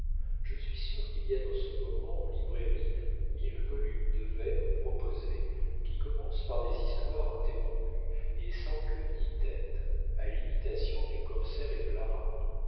je suis sûr qu'il y a dans ce moment en librairie mille volumes de vers proposés qui commencent par des histoires interrompues et sans queue ni tête à l'imitation du corsaire et de lara